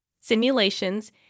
simulations